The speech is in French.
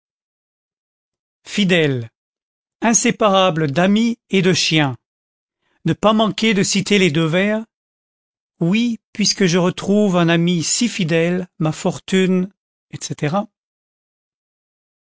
fidèle inséparable d'ami et de chien ne pas manquer de citer les deux vers oui puisque je retrouve un ami si fidèle ma fortune etc